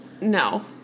no